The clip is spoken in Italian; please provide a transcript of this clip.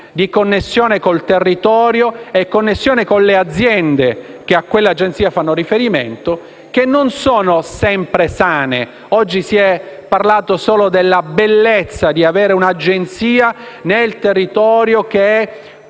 di connessione con il territorio e con le aziende che a quelle agenzie fanno riferimento che non sono sempre sani. Oggi si è parlato solo della bellezza di avere un'agenzia nel territorio, che è